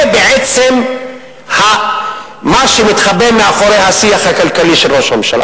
זה בעצם מה שמתחבא מאחורי השיח הכלכלי של ראש הממשלה,